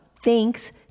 thanks